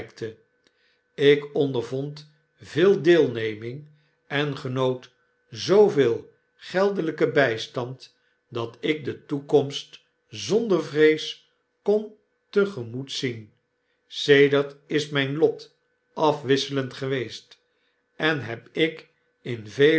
ik ondervond veel deelneraing en genoot zooveel geldelyken bystand dat ik de toekomst zonder vrees kon te gemoet zien sedert is mijn lot afwisselend geweest en heb ik in